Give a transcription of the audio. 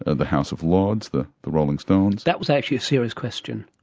ah the house of lords, the the rolling stones. that was actually a serious question.